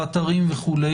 באתרים וכו',